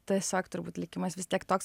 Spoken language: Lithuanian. tesiog turbūt likimas vis tiek toks